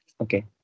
okay